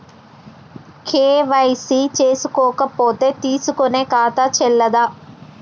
KYC చేసుకోకపోతే తీసుకునే ఖాతా చెల్లదా?